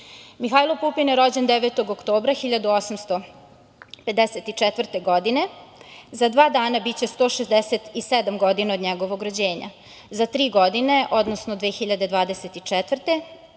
Pupin je rođen 9. oktobra 1854. godine. Za dva dana biće 167 godina od njegovog rođenja. Za tri godine, odnosno 2024.